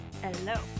Hello